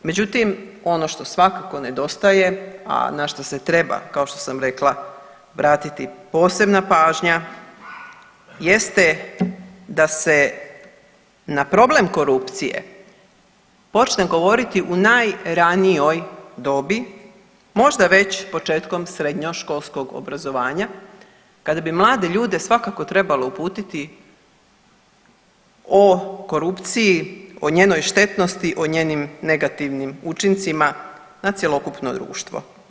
Međutim, ono što svakako nedostaje, a na što se treba kao što sam rekla obratiti posebna pažnja jeste da se na problem korupcije počne govoriti u najranijoj dobi, možda već početkom srednjoškolskog obrazovanja kada bi mlade ljude svakako trebalo uputiti o korupciji, o njenoj štetnosti, o njenim negativnim učincima na cjelokupno društvo.